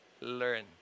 learn